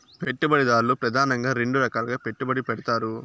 పెట్టుబడిదారులు ప్రెదానంగా రెండు రకాలుగా పెట్టుబడి పెడతారు